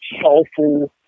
soulful